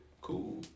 Cool